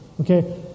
Okay